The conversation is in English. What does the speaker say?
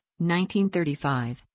1935